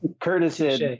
Curtis